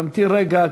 תמתין רגע,